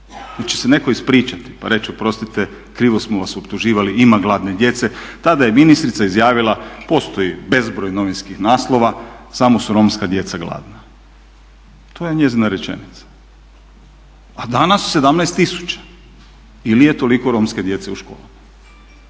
Hoće se netko ispričat pa reći oprostite, krivo smo vas optuživali, ima gladne djece? Tada je ministrica izjavila postoji bezbroj novinskih naslova, samo su romska djeca gladna. To je njezina rečenica, a danas 17000 ili je toliko romske djece u školi.